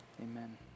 Amen